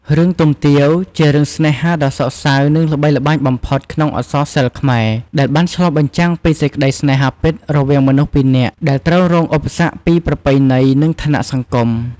រឿង ទុំទាវ ជារឿងស្នេហាដ៏សោកសៅនិងល្បីល្បាញបំផុតក្នុងអក្សរសិល្ប៍ខ្មែរ ដែលបានឆ្លុះបញ្ចាំងពីសេចក្តីស្នេហាពិតរវាងមនុស្សពីរនាក់ដែលត្រូវរងឧបសគ្គពីប្រពៃណី និងឋានៈសង្គម។